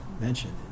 mentioned